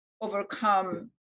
overcome